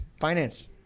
finance